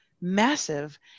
massive